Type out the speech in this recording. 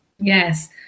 Yes